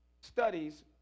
studies